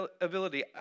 ability